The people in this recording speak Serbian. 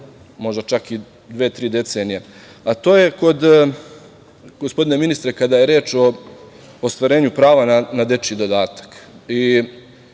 možda čak i dve, tri decenije, a to je kod gospodine ministre, kada je reč o ostvarenju prava na dečiji dodatak